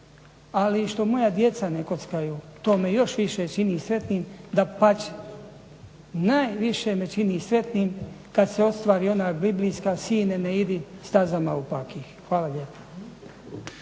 Ali što moja djeca ne kockaju, to me još više čini sretnim, dapače. Najviše me čini sretnim kada se ostvari ona biblijska "sine ne idi stazama opakih". Hvala lijepa.